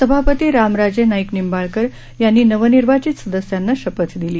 सभापती रामराजे नाईक निंबाळकर यांनी नवनिर्वाचित सदस्यांना शपथ दिली